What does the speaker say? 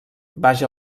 baix